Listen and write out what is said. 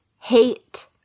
hate